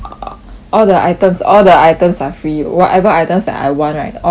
all the items all the items are free whatever items that I want right all free